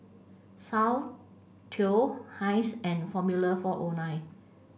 Soundteoh Heinz and Formula Four O Nine